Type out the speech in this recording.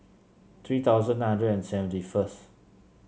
three thousand nine hundred and seventy first